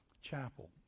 chapel